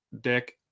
dick